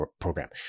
program